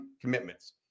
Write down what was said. commitments